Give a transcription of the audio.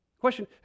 Question